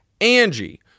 Angie